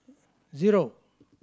zero